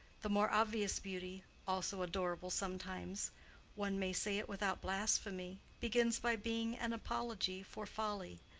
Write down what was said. the more obvious beauty, also adorable sometimes one may say it without blasphemy begins by being an apology for folly,